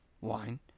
wine